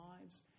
lives